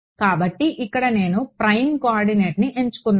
కాబట్టి ఇక్కడ నేను ప్రైమ్ కోఆర్డినేట్ని ఎంచుకున్నాను